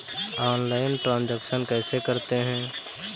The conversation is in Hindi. ऑनलाइल ट्रांजैक्शन कैसे करते हैं?